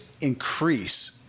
increase